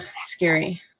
scary